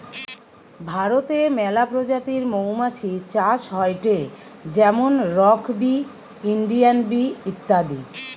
ভারতে মেলা প্রজাতির মৌমাছি চাষ হয়টে যেমন রক বি, ইন্ডিয়ান বি ইত্যাদি